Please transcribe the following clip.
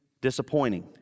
disappointing